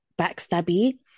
backstabby